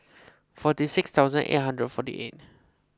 forty six thousand eight hundred and forty eight